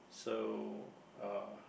so uh